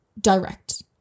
Direct